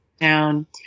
down